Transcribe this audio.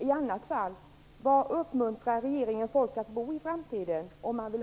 I annat fall: